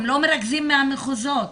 הם לא מרכזים מהמחוזות.